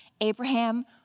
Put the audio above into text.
abraham